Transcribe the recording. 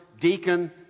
deacon